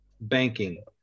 banking